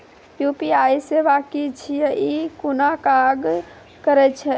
UPI सेवा की छियै? ई कूना काज करै छै?